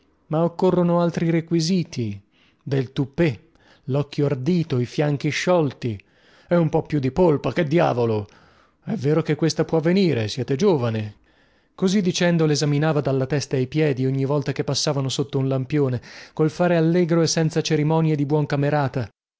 ma occorrono altri requisiti del tupè locchio ardito i fianchi sciolti e un po più di polpa che diavolo è vero che questa può venire siete giovane così dicendo lesaminava dalla testa ai piedi ogni volta che passavano sotto un lampione col fare allegro e senza cerimonie di buon camerata